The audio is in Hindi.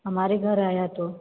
हमारे घर आया तो